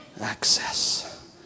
Access